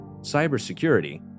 cybersecurity